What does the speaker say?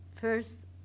first